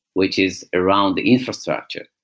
which is around the infrastructure.